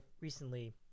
recently